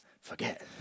forget